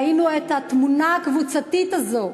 ראינו את התמונה הקבוצתית הזאת